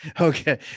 Okay